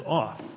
off